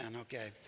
okay